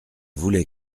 voulait